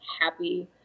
happy